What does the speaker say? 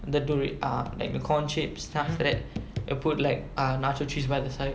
the dori~ uh like the corn chips then after that they put like uh nacho cheese by the side